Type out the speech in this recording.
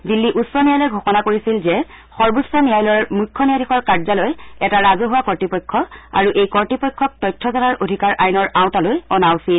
দিল্লী উচ্চ ন্যায়ালয়ে ঘোষণা কৰিছিল যে সৰ্বোচ্চ ন্যায়ালয়ৰ মুখ্য ন্যায়াধীশৰ কাৰ্যালয় এটা ৰাজহুৱা কৰ্ত্বপক্ষ আৰু এই কৰ্ত্বপক্ষক তথ্য জনাৰ অধিকাৰ আইনৰ আওতালৈ অনা উচিত